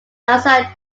alongside